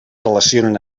relacionen